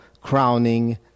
crowning